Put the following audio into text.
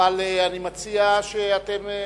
אבל אני מציע שאתם,